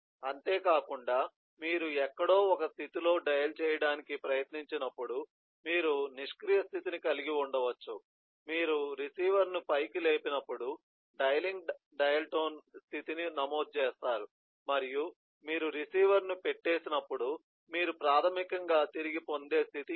అంతేకాకుండా మీరు ఎక్కడో ఒక స్థితిలో డయల్ చేయడానికి ప్రయత్నించనప్పుడు మీరు నిష్క్రియ స్థితిని కలిగి ఉండవచ్చు మీరు రిసీవర్ను పైకి లేపినప్పుడు డయలింగ్ డయల్ టోన్ స్థితిని నమోదు చేస్తారు మరియు మీరు రిసీవర్ను పెట్టేసినప్పుడు మీరు ప్రాథమికంగా తిరిగి పొందే స్థితి ఇది